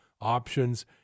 options